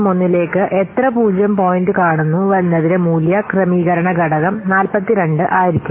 01 ലേക്ക് എത്ര പൂജ്യം പോയിന്റ് കാണുന്നു എന്നതിന് മൂല്യം ക്രമീകരണ ഘടകം 42 ആയിരിക്കും